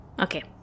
Okay